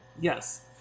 Yes